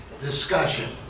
Discussion